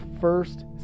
first